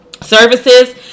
services